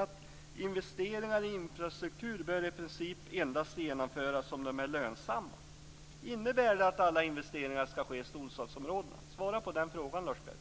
att investeringar i infrastruktur i princip endast bör genomföras om de är lönsamma. Innebär det att alla investeringar skall göras i storstadsområdena? Svara på den frågan, Lars Björkman!